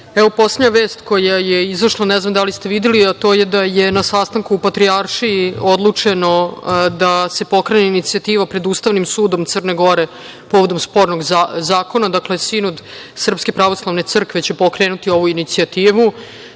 evo poslednja vest koja je izašla ne znam da li ste videli to je da je na sastanku u Patrijaršiji odlučeno da se pokrene inicijativa pred Ustavnim sudom Crne Gore povodom spornog zakona. Dakle, sinod SPC će pokrenuti ovu inicijativu.